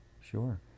sure